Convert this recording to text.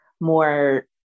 more